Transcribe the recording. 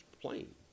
plain